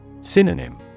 Synonym